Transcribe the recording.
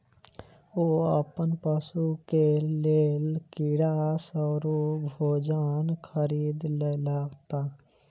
ओ अपन पशु के लेल कीड़ा स्वरूप भोजन खरीद लेलैत